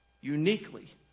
uniquely